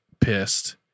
pissed